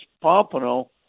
Pompano